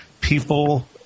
People